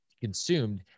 consumed